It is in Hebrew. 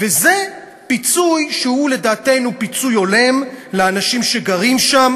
וזה פיצוי שהוא לדעתנו פיצוי הולם לאנשים שגרים שם